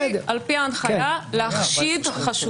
אסור לי על פי ההנחיה להחשיד חשוד.